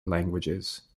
languages